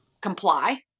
comply